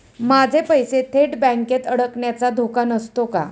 माझे पैसे थेट बँकेत अडकण्याचा धोका नसतो का?